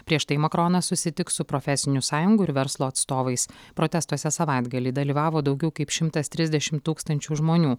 prieš tai makronas susitiks su profesinių sąjungų ir verslo atstovais protestuose savaitgalį dalyvavo daugiau kaip šimtas trisdešimt tūkstančių žmonių